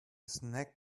snake